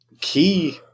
key